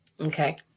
Okay